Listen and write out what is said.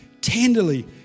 tenderly